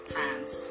France